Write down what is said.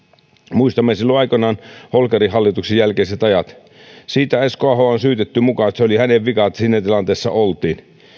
muistamme holkerin hallituksen jälkeiset ajat silloin aikanaan siitä esko ahoa on syytetty että se oli muka hänen vikansa että siinä tilanteessa oltiin